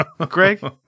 Greg